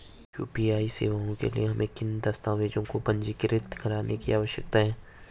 UPI सेवाओं के लिए हमें किन दस्तावेज़ों को पंजीकृत करने की आवश्यकता है?